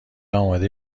آماده